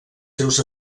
seus